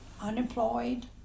unemployed